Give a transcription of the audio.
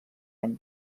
any